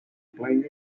playing